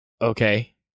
Okay